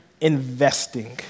Investing